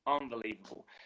unbelievable